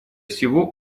всего